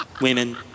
Women